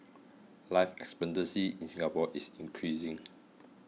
life expectancy in Singapore is increasing